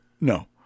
No